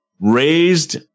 raised